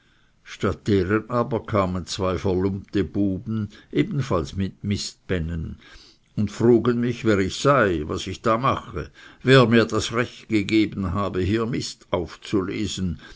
statt deren aber kamen zwei verlumpete buben ebenfalls mit mistbännen und frugen mich wer ich sei was ich da mache wer mir das recht gegeben habe hier mist aufzulesen